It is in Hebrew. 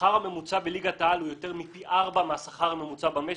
השכר הממוצע בליגת העל הוא יותר מפי ארבע מהשכר הממוצע במשק.